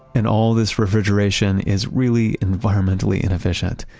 and all this refrigeration is really environmentally inefficient.